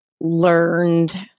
learned